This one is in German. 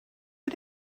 wir